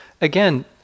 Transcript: again